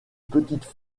petites